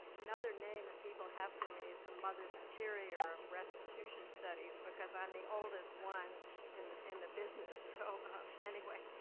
another name that people have for me is the mother superior of restitution studies because i'm the oldest one in the in the business, so anyway.